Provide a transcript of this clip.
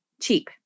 cheap